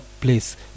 place